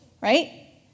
right